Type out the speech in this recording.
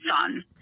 son